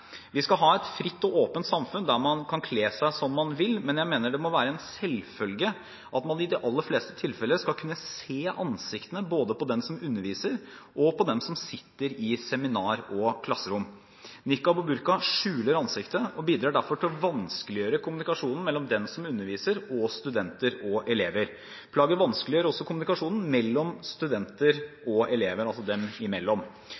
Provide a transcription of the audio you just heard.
Vi skal ha et fritt og åpent samfunn der man skal kunne kle seg som man vil, men jeg mener det må være en selvfølge at man i de aller fleste tilfeller skal kunne se ansiktene både til dem som underviser, og til dem som sitter i seminar- og klasserom. Niqab og burka skjuler ansiktet og bidrar derfor til å vanskeliggjøre kommunikasjonen mellom den som underviser, og studenter og elever. Plagget vanskeliggjør også kommunikasjonen mellom studenter